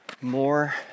more